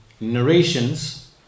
Narrations